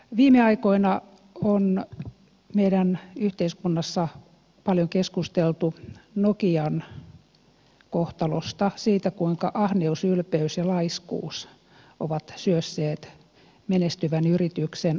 viime aikoina on meidän yhteiskunnassamme paljon keskusteltu nokian kohtalosta siitä kuinka ahneus ylpeys ja laiskuus ovat syösseet menestyvän yrityksen alamäkeen